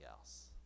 else